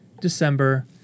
December